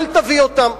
אל תביא אותם.